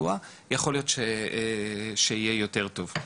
יכול להיות שיהיה יותר טוב.